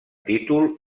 títol